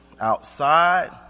outside